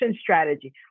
strategy